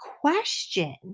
question